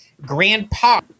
Grandpa